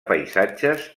paisatges